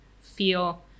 feel